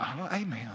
amen